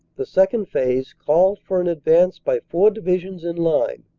the second phase called for an advance by four divisions in line,